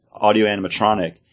audio-animatronic